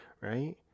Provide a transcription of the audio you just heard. right